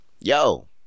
Yo